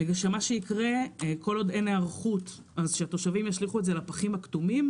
ומה שיקרה זה שכל עוד אין היערכות התושבים ישליכו את זה לפחים הכתומים